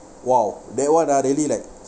!wow! that one ah really like